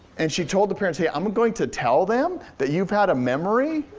and she told the parents, yeah i'm going to tell them that you've had a memory